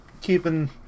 keeping